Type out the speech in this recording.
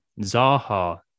Zaha